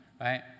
Right